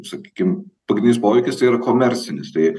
sakykime pagrindinis poveikis tai yra komercinis tai